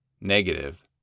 Negative